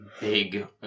big